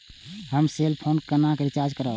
हम cell phone केना recharge करब?